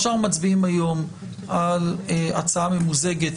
או שאנחנו מצביעים היום על הצעה ממוזגת,